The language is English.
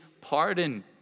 pardon